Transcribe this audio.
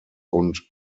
und